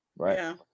Right